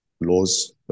laws